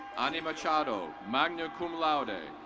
annie machado, magna cum laude. ah